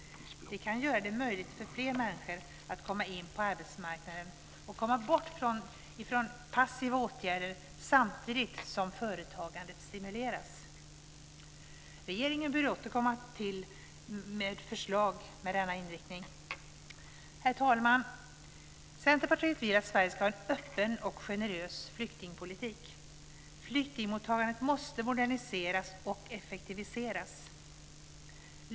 Det kan göra det möjligt för fler människor att komma in på arbetsmarknaden och komma bort från passiva åtgärder, samtidigt som företagandet stimuleras. Regeringen bör återkomma med förslag med denna inriktning. Herr talman! Centerpartiet vill att Sverige ska ha en öppen och generös flyktingpolitik. Flyktingmottagandet måste moderniseras och effektiviseras.